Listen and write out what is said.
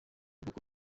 bwoko